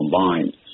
combined